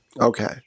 Okay